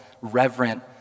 reverent